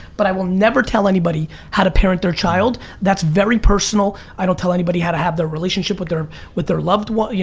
but i will never tell anybody how to parent their child. that's very personal. i don't tell anybody how to have their relationship with their um with their loved one,